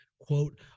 quote